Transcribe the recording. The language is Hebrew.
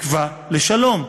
תקווה לשלום.